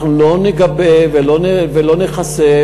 אנחנו לא נגבה ולא נכסה,